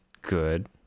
good